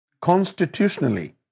constitutionally